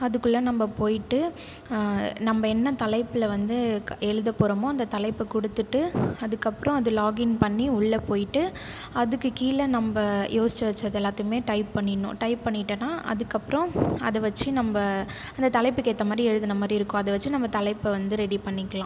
அதுக்குள்ள நம்ம போயிட்டு நம்ம என்ன தலைப்பில் வந்து எழுதப்போகிறோமோ அந்த தலைப்புக் கொடுத்துட்டு அதுக்கப்புறம் அது லாக்கின் பண்ணி உள்ள போயிட்டு அதுக்குக் கீழே நம்ம யோசித்து வச்சது எல்லாத்தையுமே டைப் பண்ணிடணும் டைப் பண்ணிட்டனா அதுக்கப்புறம் அதை வச்சு நம்ம அந்த தலைப்புக்கு ஏற்ற மாதிரி எழுதின மாதிரி இருக்கும் அதை வச்சு நம்ம தலைப்பை வந்து ரெடி பண்ணிக்கலாம்